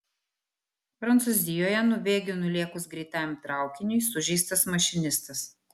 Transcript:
prancūzijoje nuo bėgių nulėkus greitajam traukiniui sužeistas mašinistas